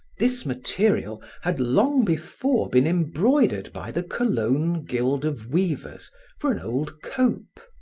this material had long before been embroidered by the cologne guild of weavers for an old cope.